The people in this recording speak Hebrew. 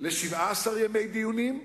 ל-17 ימי דיונים,